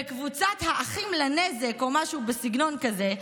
בקבוצת "האחים לנזק" או משהו בסגנון כזה,